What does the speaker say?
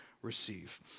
Receive